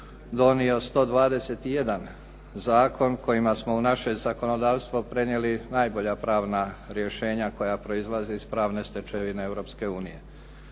donio 121 zakon kojima smo u naše zakonodavstvo prenijeli najbolja pravna rješenja koja proizlaze iz pravne stečevine